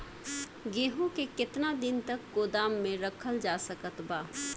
गेहूँ के केतना दिन तक गोदाम मे रखल जा सकत बा?